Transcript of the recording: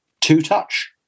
two-touch